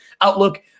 outlook